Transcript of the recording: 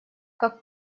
как